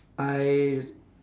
I